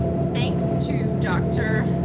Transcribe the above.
thanks to dr.